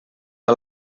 que